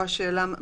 השאלה פה היא: